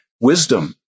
Wisdom